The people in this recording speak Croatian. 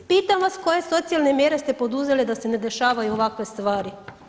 Pitam vas koje socijalne mjere ste poduzeli da se ne dešavaju ovakve stvari?